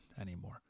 anymore